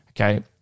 Okay